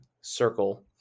circle